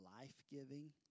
life-giving